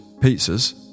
pizzas